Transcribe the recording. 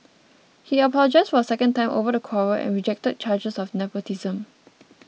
he apologised for a second time over the quarrel and rejected charges of nepotism